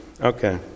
Okay